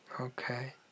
Okay